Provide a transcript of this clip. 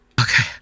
okay